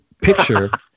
picture